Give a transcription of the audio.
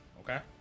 okay